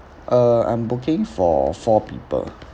uh I'm booking for four people